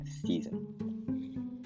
season